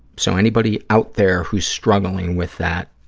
so, anybody out there who's struggling with that,